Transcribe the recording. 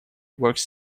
works